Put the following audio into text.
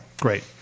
great